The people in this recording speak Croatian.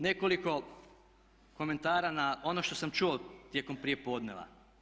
Nekoliko komentara na ono što sam čuo tijekom prijepodneva.